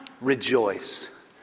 Rejoice